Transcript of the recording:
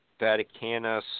Vaticanus